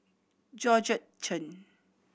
Georgette Chen